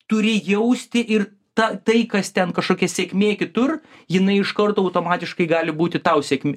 turi jausti ir tą tai kas ten kažkokia sėkmė kitur jinai iš karto automatiškai gali būti tau sėkmė